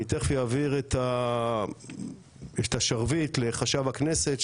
אני תכף יעביר את השרביט לחשב הכנסת,